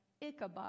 Ichabod